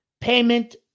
payment